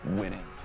winning